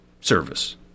service